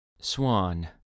swan